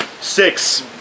Six